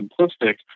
simplistic